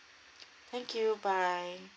thank you bye